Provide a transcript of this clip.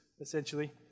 essentially